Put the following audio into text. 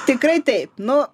tikrai taip nu